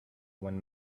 when